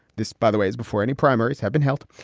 this, by the way, as before any primaries have been held.